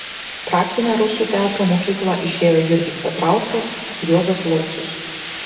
praktinę rusų teatro mokyklą išėjo jurgis petrauskas juozas laucius